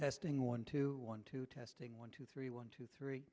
testing one two one two testing one two three one two three